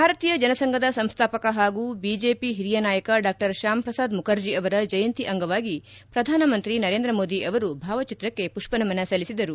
ಭಾರತೀಯ ಜನಸಂಘದ ಸಂಸ್ಥಾಪಕ ಹಾಗೂ ಬಿಜೆಪಿ ಹಿರಿಯ ನಾಯಕ ಡಾ ಶ್ಯಾಮ್ ಪ್ರಸಾದ್ ಮುಖರ್ಜಿ ಅವರ ಜಯಂತಿ ಅಂಗವಾಗಿ ಪ್ರಧಾನಮಂತ್ರಿ ನರೇಂದ್ರ ಮೋದಿ ಅವರು ಭಾವಚಿತ್ರಕ್ಕೆ ಮಷ್ಷನಮನ ಸಲ್ಲಿಸಿದರು